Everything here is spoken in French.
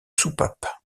soupape